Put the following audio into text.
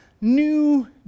new